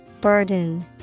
Burden